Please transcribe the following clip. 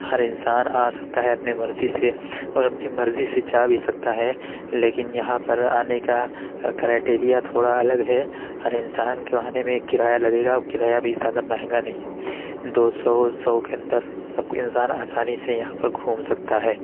ہر انسان آ سکتا ہے اپنے مرضی سے اور اپنی مرضی سے جا بھی سکتا ہے لیکن یہاں پر آنے کا کرائٹیریا تھوڑا الگ ہے ہر انسان کو آنے میں ایک کرایہ لگے گا کرایہ بھی زیادہ مہنگا نہیں دو سو سو کے اندر سب انسان آسانی سے یہاں پر گھوم سکتا ہے